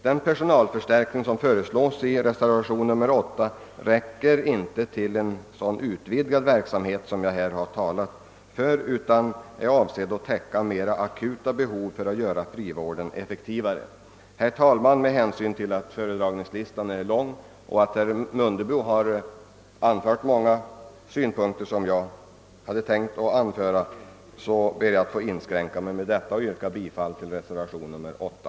Den personalförstärkning som föreslås i reservationen 8 räcker emellertid inte till för en sådan utvidgad verksamhet, som jag nu talat för, utan är endast avsedd att täcka mera akuta behov för att göra frivården effektivare. Herr talman! Med hänsyn till att föredragningslistan är lång och till att herr Mundebo anfört många synpunkter som jag hade tänkt framföra ber jag att få inskränka mig till det sagda och yrkar bifall till reservationen 8.